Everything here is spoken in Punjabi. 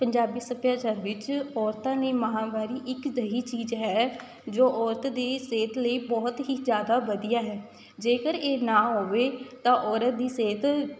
ਪੰਜਾਬੀ ਸੱਭਿਆਚਾਰ ਵਿੱਚ ਔਰਤਾਂ ਦੀ ਮਹਾਂਵਾਰੀ ਇੱਕ ਅਜਿਹੀ ਚੀਜ਼ ਹੈ ਜੋ ਔਰਤ ਦੀ ਸਿਹਤ ਲਈ ਬਹੁਤ ਹੀ ਜ਼ਿਆਦਾ ਵਧੀਆ ਹੈ ਜੇਕਰ ਇਹ ਨਾ ਹੋਵੇ ਤਾਂ ਔਰਤ ਦੀ ਸਿਹਤ